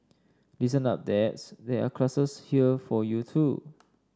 listen up dads there are classes here for you too